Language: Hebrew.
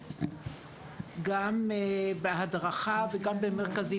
גם בהדרכה וגם במרכזים.